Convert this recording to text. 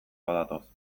badatoz